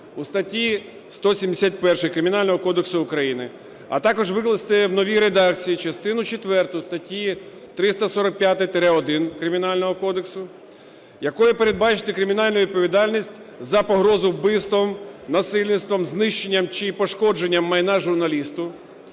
у статті 171 Кримінального кодексу України, а також викласти в новій редакції частину четверту статті 345-1 Кримінального кодексу, якою передбачити кримінальну відповідальність за погрозу вбивством, насильством, знищенням чи пошкодженням майна журналісту,